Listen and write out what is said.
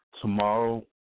tomorrow